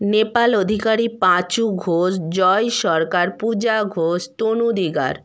Nepal Adhikari Panchu Ghosh Joy Sarkar Puja Ghosh Tanu Digar